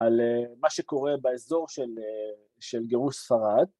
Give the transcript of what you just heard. ‫על מה שקורה באזור של גירוש ספרד.